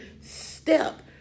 step